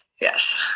yes